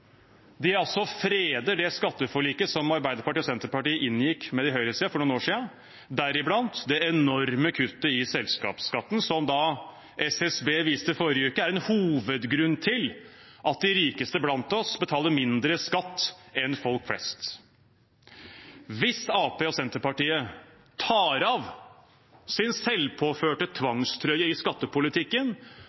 De freder altså det skatteforliket som Arbeiderpartiet og Senterpartiet inngikk med høyresiden for noen år siden, deriblant det enorme kuttet i selskapsskatten, som SSB i forrige uke viste er en hovedgrunn til at de rikeste blant oss betaler mindre skatt enn folk flest. Hvis Arbeiderpartiet og Senterpartiet tar av sin selvpåførte tvangstrøye i skattepolitikken